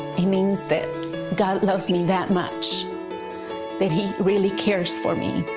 it means that god loves me that much that he really cares for me.